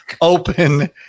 open